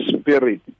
spirit